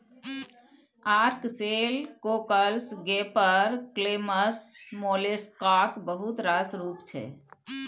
ark shell, cockles, gaper clams मोलेस्काक बहुत रास रुप छै